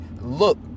look